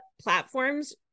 platforms